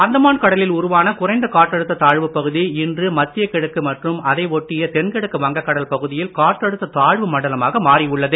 அந்தமான் கடலில் உருவான குறைந்த காற்றழுத்த தாழ்வுப் பகுதி இன்று மத்திய கிழக்கு மற்றும் அதை ஒட்டிய தென்கிழக்கு வங்க கடல் பகுதியில் காற்றழுத்த தாழ்வு மண்டலமாக மாறி உள்ளது